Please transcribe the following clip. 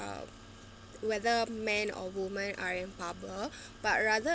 uh whether man or woman are in bubble but rather